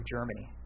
Germany